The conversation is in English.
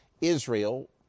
Israel